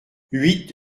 huit